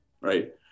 right